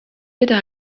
bitte